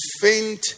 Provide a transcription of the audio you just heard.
faint